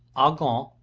argan,